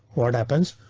what happens?